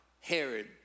Herod